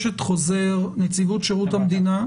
יש את חוזר נציבות שירות המדינה.